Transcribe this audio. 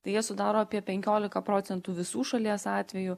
tai jie sudaro apie penkioliką procentų visų šalies atvejų